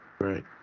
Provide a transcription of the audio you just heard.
Right